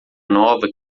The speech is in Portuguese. nova